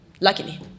luckily